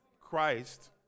Christ